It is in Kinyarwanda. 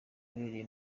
yabereye